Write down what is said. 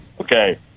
Okay